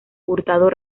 hurtado